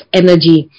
energy